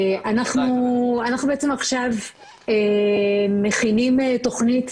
אנחנו בעצם עכשיו מכינים תכנית